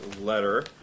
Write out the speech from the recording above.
letter